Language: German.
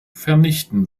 vernichten